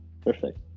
perfect